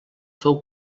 fou